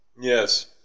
Yes